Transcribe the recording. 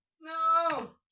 No